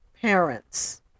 Parents